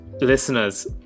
listeners